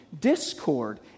discord